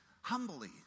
humbly